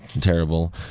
terrible